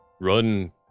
run